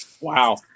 Wow